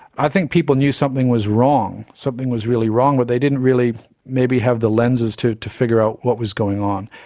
i think people knew something was wrong, something was really wrong, but they didn't really maybe have the lenses to to figure out what was going on.